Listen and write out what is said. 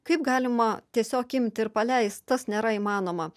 kaip galima tiesiog imti ir paleist tas nėra įmanoma